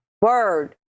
word